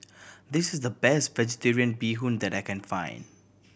this is the best Vegetarian Bee Hoon that I can find